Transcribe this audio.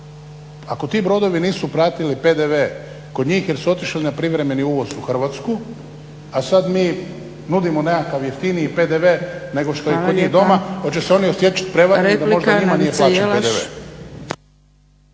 Ako ti brodovi nisu pratili PDV kod njih jer su otišli na privremeni uvoz u Hrvatsku, a sad mi nudimo nekakav jeftiniji PDV nego što je kod njih doma, hoće se oni osjećat prevareno… **Zgrebec, Dragica (SDP)**